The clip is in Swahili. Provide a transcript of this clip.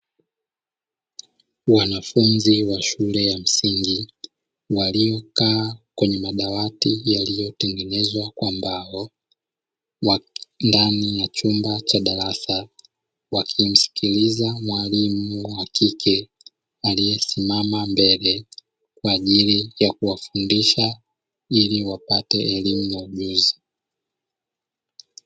Wanafunzi wa shule ya msingi waliyokaa kwenye madawati yaliyotengenezwa kwa mbao ndani ya chumba cha darasa, wakimsikiliza mwalimu wa kike aliyesimama mbele kwa ajili ya kuwafundisha, ili wapate elimu na ujuzi.